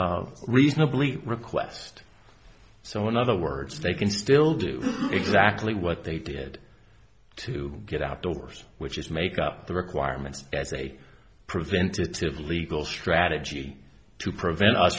y reasonably request so in other words they can still do exactly what they did to get outdoors which is make up the requirements as a preventative legal strategy to prevent us